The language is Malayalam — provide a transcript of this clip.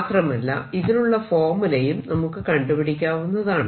മാത്രമല്ല ഇതിനുള്ള ഫോർമുലയും നമുക്ക്കണ്ടുപിടിക്കാവുന്നതാണ്